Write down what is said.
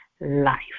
life